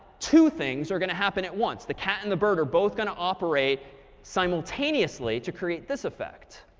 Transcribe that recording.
two things are going to happen at once. the cat and the bird are both going to operate simultaneously to create this effect.